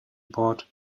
board